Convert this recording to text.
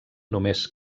només